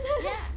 ya